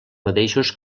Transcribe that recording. mateixos